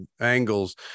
angles